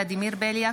איימן עודה,